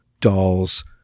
dolls